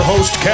host